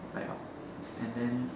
like and then